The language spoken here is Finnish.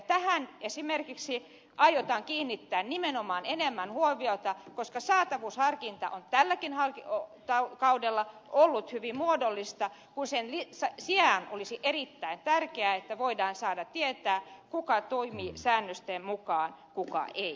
tähän esimerkiksi aiotaan kiinnittää nimenomaan enemmän huomiota koska saatavuusharkinta on tälläkin kaudella ollut hyvin muodollista kun sen sijaan olisi erittäin tärkeää että voidaan saada tietää kuka toimii säännösten mukaan kuka ei